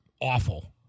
awful